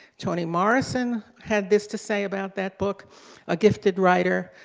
toni morrison had this to say about that book a gifted writer,